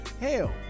Hell